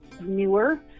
newer